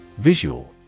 Visual